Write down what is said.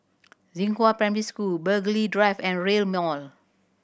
Zinghua Primary School Burghley Drive and Rail Mall